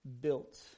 built